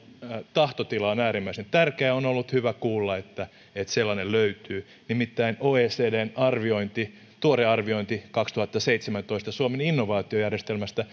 tahtotila on äärimmäisen tärkeä on ollut hyvä kuulla että sellainen löytyy nimittäin oecdn tuore arviointi vuodelta kaksituhattaseitsemäntoista suomen innovaatiojärjestelmästä